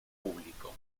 público